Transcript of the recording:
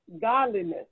godliness